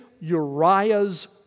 Uriah's